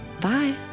Bye